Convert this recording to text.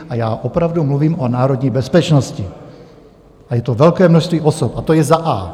A já opravdu mluvím o národní bezpečnosti a je to velké množství osob, a to je za a).